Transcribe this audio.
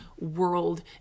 world